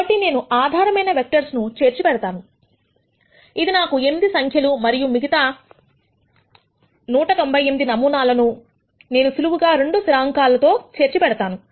కాబట్టి నేను 2 ఆధారమైన వెక్టర్స్ ను చేర్చి పెడతాను ఇది నాకు 8 సంఖ్యలు మరియు తర్వాత మిగతా 198 నమూనాలకు నేను సులువుగా 2 స్థిరాంకాలను చేర్చిపెడతాను